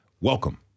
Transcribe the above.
welcome